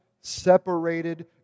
separated